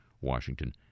Washington